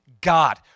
God